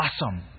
awesome